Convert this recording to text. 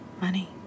Money